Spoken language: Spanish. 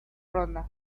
ronda